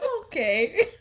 Okay